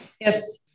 Yes